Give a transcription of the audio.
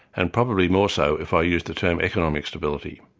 and probably more so if i use the term economic stability.